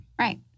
Right